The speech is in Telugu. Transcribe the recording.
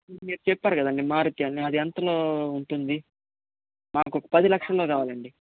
మీరు చెప్పారు కదండి మారుతి అని అది ఎంతలో ఉంటుంది మాకు పది లక్షల్లో కావాలండి